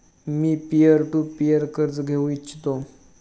me peer to peer कर्ज घेऊ इच्छितो